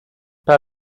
par